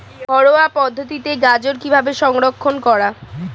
ঘরোয়া পদ্ধতিতে গাজর কিভাবে সংরক্ষণ করা?